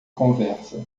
conversa